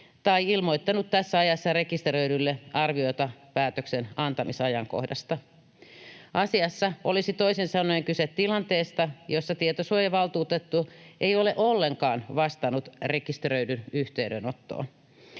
tai ilmoittanut tässä ajassa rekisteröidylle arviota päätöksen antamisajankohdasta. Asiassa olisi toisin sanoen kyse tilanteesta, jossa tietosuojavaltuutettu ei ole ollenkaan vastannut rekisteröidyn yhteydenottoon.